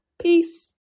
peace